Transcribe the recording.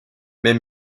mais